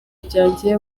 byanjye